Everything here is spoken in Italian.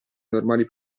normali